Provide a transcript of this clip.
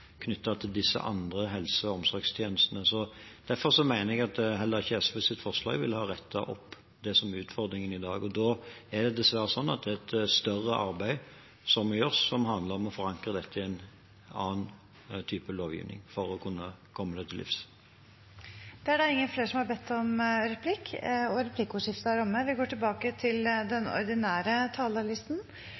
til disse andre helse- og omsorgstjenestene. Derfor mener jeg at heller ikke SVs forslag ville ha rettet opp det som er utfordringen i dag. Da er det dessverre sånn at det er et større arbeid som må gjøres, som handler om å forankre dette i en annen type lovgivning, for å kunne komme problemet til livs. Replikkordskiftet er omme. De talere som heretter får ordet, har også en taletid på inntil 3 minutter. Jeg tror ikke den